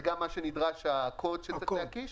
זה גם הקוד שצריך להקיש,